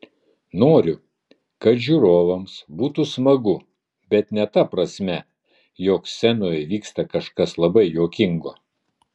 noriu kad žiūrovams būtų smagu bet ne ta prasme jog scenoje vyksta kažkas labai juokingo